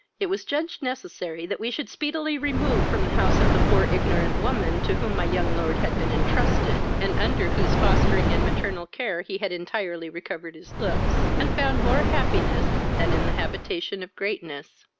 it was judged necessary that we should speedily remove from the house of the poor, ignorant woman to whom my young lord had been entrusted, and under whose fostering and maternal care he had entirely recovered his looks, and found more happiness than in the habitation of greatness.